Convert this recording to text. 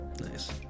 nice